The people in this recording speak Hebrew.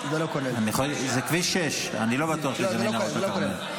זה כביש 6. אני לא בטוח שזה לא מנהרות הכרמל.